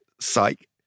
Psych